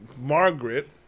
Margaret